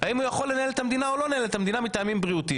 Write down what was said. האם הוא יכול לנהל את המדינה או לא לנהל את המדינה מטעמים בריאותיים?